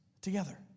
together